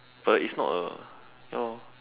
but it's not a ya lor